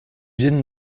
viennent